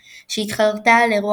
פיפ"א,